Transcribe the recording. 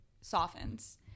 softens